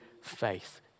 faith